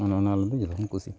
ᱚᱱ ᱚᱱᱟ ᱨᱮᱫᱚ ᱡᱷᱚᱛᱚ ᱠᱷᱚᱱ ᱠᱩᱥᱤ